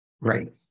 Right